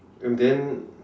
and then